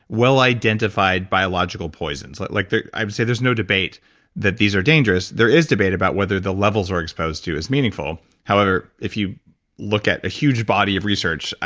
well-identified biological poisons. like like i've said there's no debate that these are dangerous. there is debate about whether the levels we're exposed to is meaningful, however, if you look at a huge body of research,